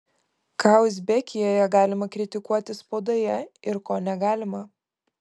ką uzbekijoje galima kritikuoti spaudoje ir ko negalima